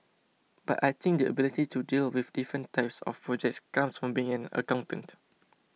but I think the ability to deal with different types of projects comes from being an accountant